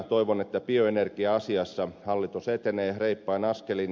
toivon että bioenergia asiassa hallitus etenee reippain askelin